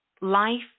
life